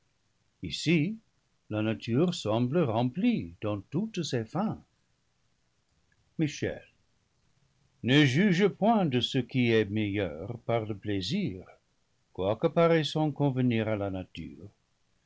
la nature semble remplie dans toutes ses fins michel ne juge point de ce qui est meilleur par le plaisir quoique paraissant convenir à la nature